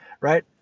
right